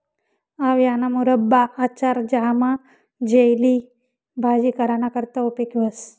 आवयाना मुरब्बा, आचार, ज्याम, जेली, भाजी कराना करता उपेग व्हस